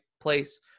place